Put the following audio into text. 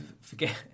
forget